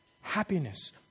happiness